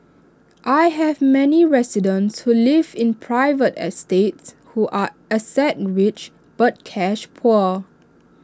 I have many residents who live in private estates who are asset rich but cash poor